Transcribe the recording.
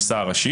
לכלל.